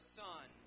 son